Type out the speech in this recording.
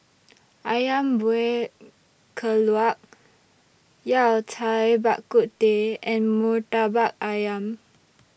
Ayam Buah Keluak Yao Cai Bak Kut Teh and Murtabak Ayam